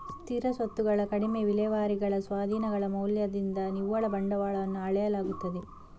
ಸ್ಥಿರ ಸ್ವತ್ತುಗಳ ಕಡಿಮೆ ವಿಲೇವಾರಿಗಳ ಸ್ವಾಧೀನಗಳ ಮೌಲ್ಯದಿಂದ ನಿವ್ವಳ ಬಂಡವಾಳವನ್ನು ಅಳೆಯಲಾಗುತ್ತದೆ